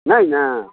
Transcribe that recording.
नहि ने